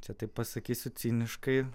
čia taip pasakysiu ciniškai